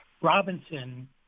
Robinson